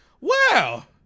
Wow